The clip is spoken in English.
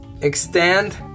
extend